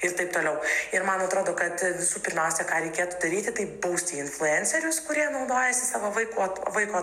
ir taip toliau ir man atrodo kad visų pirmiausia ką reikėtų daryti tai bausti influencerius kurie naudojasi savo vaiko vaiko